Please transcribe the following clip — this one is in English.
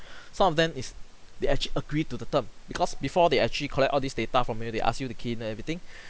some of them is they actually agree to the term because before they actually collect all these data from you they ask you to key in everything